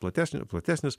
platesnio platesnis